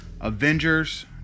Avengers